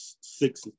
six